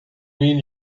mean